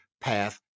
path